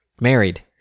married